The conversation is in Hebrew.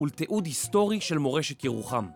ולתיעוד היסטורי של מורשת ירוחם.